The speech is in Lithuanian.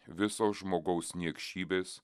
viso žmogaus niekšybės